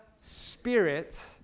Spirit